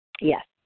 Yes